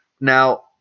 Now